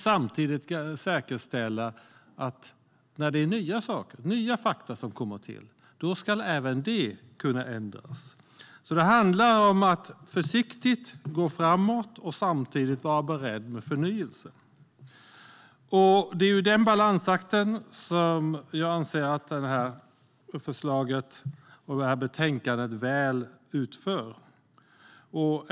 Samtidigt säkerställer man att när det är fråga om att nya fakta kommer till ska även det kunna ändras. Det handlar alltså om att försiktigt gå framåt och samtidigt vara beredd med förnyelse. Det är denna balansakt som jag anser utförs väl i detta förslag och betänkande.